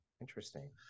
Interesting